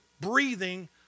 breathing